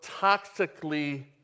toxically